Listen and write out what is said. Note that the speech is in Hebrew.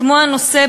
כמו הנושא,